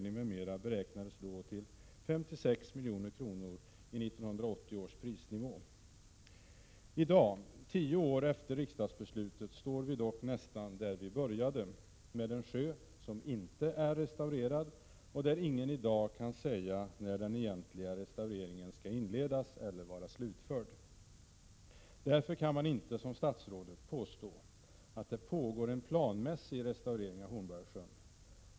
I dag tio år efter riksdagsbeslutet — står vi dock nästan där vi började, med en sjö som inte är restaurerad och där ingen i dag kan säga när den egentliga restaureringen skall inledas eller vara slutförd. Därför kan man inte, som statsrådet, påstå att det pågår en planmässig restaurering av Hornborgasjön.